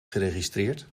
geregistreerd